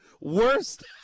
worst